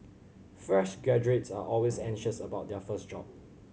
fresh graduates are always anxious about their first job